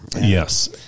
Yes